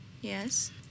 Yes